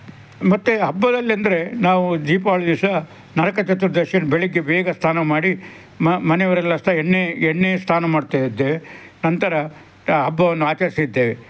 ಮತ್ತೆ ಹಬ್ಬದಲ್ಲಿ ಅಂದರೆ ನಾವು ದೀಪಾವಳಿ ದಿವಸ ನರಕ ಚತುರ್ದಶಿ ಬೆಳಗ್ಗೆ ಬೇಗ ಸ್ನಾನ ಮಾಡಿ ಮನೆಯವರೆಲ್ಲ ಸಹ ಎಣ್ಣೆ ಎಣ್ಣೆ ಸ್ನಾನ ಮಾಡ್ತಾಯಿದ್ದೆ ನಂತರ ಹಬ್ಬವನ್ನು ಆಚರಿಸಿದ್ದೇವೆ